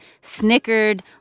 snickered